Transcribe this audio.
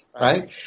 Right